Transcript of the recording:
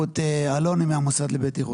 אלוני מהמוסד לבטיחות.